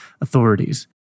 authorities